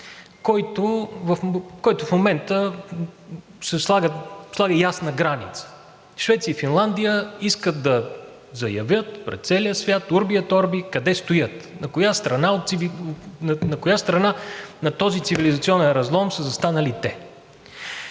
който в момента слага ясна граница. Швеция и Финландия искат да заявят пред целия свят – Urbi et Orbi, къде стоят, на коя страна на този цивилизационен разлом са застанали те.